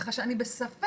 ככה שאני בספק,